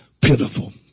pitiful